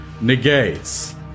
negates